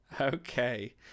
Okay